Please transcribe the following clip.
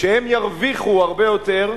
שהם ירוויחו הרבה יותר,